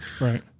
Right